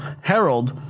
Harold